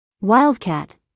Wildcat